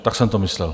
Tak jsem to myslel.